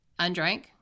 undrank